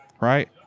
right